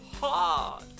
hot